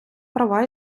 права